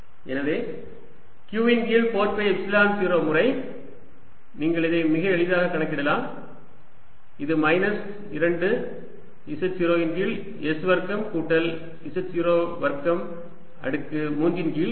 எனவே q இன் கீழ் 4 பை எப்சிலன் 0 முறை நீங்கள் இதை மிக எளிதாக கணக்கிடலாம் இது மைனஸ் 2 z0 இன் கீழ் s வர்க்கம் கூட்டல் z0 வர்க்கம் அடுக்கு 3 இன் கீழ் 2